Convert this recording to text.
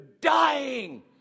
dying